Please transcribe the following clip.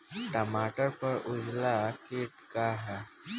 टमाटर पर उजला किट का है?